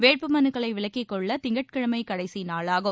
வேட்பு மனுக்களை விலக்கிக்கொள்ள திங்கட்கிழமை கடைசி நாளாகும்